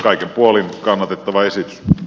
kaikin puolin kannatettava esitys i